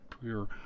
Pure